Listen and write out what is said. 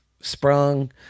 sprung